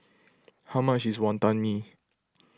how much is Wonton Mee